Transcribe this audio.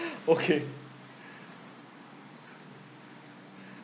okay